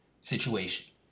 situation